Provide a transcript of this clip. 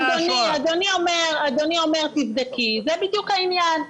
אדוני אומר: תבדקי, זה בדיוק העניין.